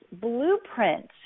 Blueprint